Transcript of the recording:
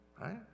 right